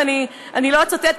ואני לא אצטט,